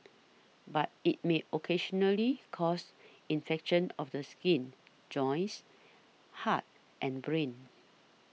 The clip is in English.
but it may occasionally cause infections of the skin joints heart and brain